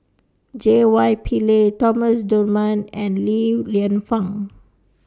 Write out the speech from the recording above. J Y Pillay Thomas Dunman and Li Lienfung